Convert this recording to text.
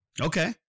Okay